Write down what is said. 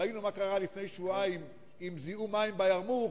ראינו מה קרה לפני שבועיים עם זיהום מים בירמוך,